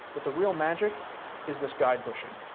but the real magic is this guide bushing.